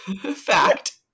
Fact